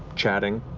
chatting.